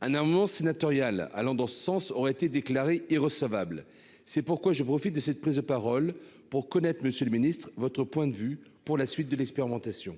un amendement sénatorial allant dans ce sens ont été déclarées irrecevables, c'est pourquoi je profite de cette prise de parole pour connaître, Monsieur le Ministre, votre point de vue pour la suite de l'expérimentation,